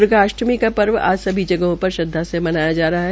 द्र्गाअष्टमी का पर्व आज सभी जगहों पर श्रद्वा से मनाया जा रहा है